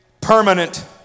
Permanent